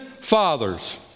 fathers